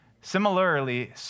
similarly